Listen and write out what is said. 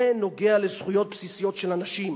זה נוגע לזכויות בסיסיות של אנשים,